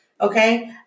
Okay